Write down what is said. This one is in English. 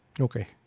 Okay